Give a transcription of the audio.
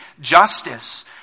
justice